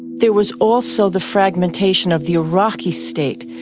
there was also the fragmentation of the iraqi state.